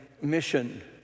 Mission